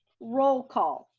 roll call.